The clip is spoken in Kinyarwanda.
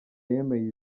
yemeye